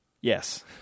Yes